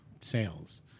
sales